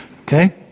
Okay